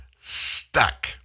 stuck